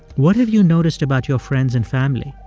what have you noticed about your friends and family,